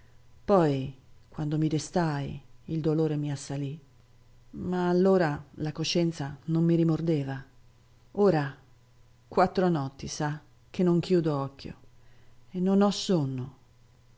poi quando mi destai il dolore mi assalì ma allora la coscienza non mi rimordeva ora quattro notti sa che non chiudo occhio e non ho sonno